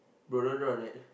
bro don't draw on that